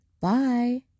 Bye